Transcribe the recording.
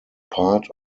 part